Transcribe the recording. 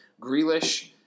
Grealish